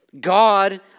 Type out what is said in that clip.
God